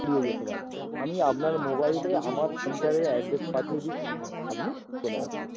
ছড়িয়ে যেতে পারে আমি আপনার মোবাইলে আমার সেন্টারের অ্যাড্রেস পাঠিয়ে দিচ্ছি আপনি চলে আসবেন